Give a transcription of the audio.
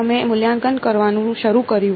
આ અમે મૂલ્યાંકન કરવાનું શરૂ કર્યું